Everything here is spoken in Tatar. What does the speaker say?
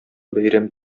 бәйрәм